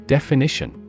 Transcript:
Definition